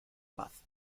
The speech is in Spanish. paz